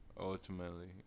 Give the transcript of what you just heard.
ultimately